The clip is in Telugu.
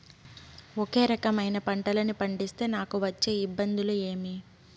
ఒకే రకమైన పంటలని పండిస్తే నాకు వచ్చే ఇబ్బందులు ఏమి?